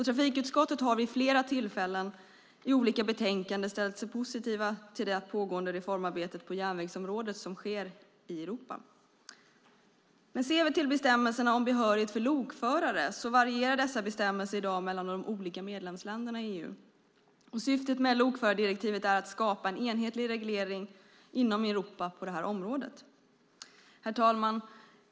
Trafikutskottet har vid flera tillfällen i olika betänkanden ställt sig positivt till det pågående reformarbete på järnvägsområdet som sker i Europa. Bestämmelserna om behörighet för lokförare varierar i dag mellan de olika medlemsländerna i EU. Syftet med lokförardirektivet är att skapa en enhetlig reglering inom Europa på detta område. Herr talman!